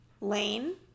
Lane